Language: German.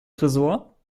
tresor